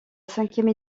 cinquième